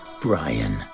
Brian